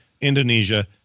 Indonesia